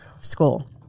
school